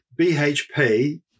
BHP